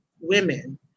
women